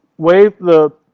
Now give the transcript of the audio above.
wave the